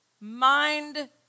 mind